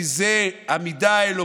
כי זו המידה האלוקית,